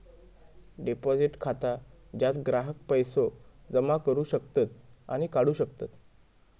deposit खाता ज्यात ग्राहक पैसो जमा करू शकतत आणि काढू शकतत